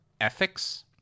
ethics